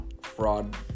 fraud